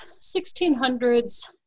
1600s